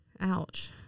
Ouch